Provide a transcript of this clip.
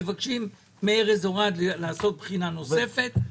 מבקשים מארז אורעד לעשות בחינה נוספת.